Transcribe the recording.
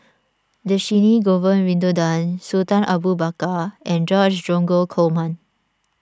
Dhershini Govin Winodan Sultan Abu Bakar and George Dromgold Coleman